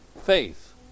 faith